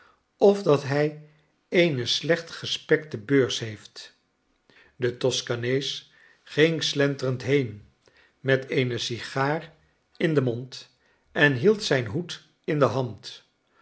of dat hij eene slecht gespekte beurs heeft de toskanees ging slenterend heen met eene sigaar in den mond en hield zijn hoed in de hand